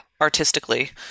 artistically